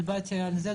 דיברתי על זה,